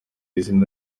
izina